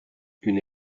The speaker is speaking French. une